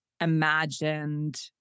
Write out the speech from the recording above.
imagined